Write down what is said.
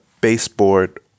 baseboard